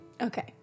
Okay